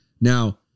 Now